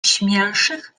śmielszych